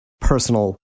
personal